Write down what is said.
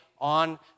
on